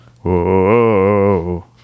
Whoa